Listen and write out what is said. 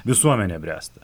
visuomenė bręsta